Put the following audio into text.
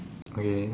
okay